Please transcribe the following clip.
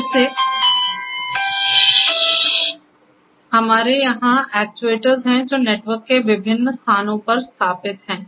फिर से हमारे यहां एक्ट्यूएटर्स हैं जो नेटवर्क के विभिन्न स्थानों पर स्थापित हैं